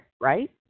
right